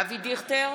אבי דיכטר,